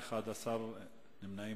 אנחנו אולי אחת המדינות האלימות,